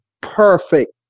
perfect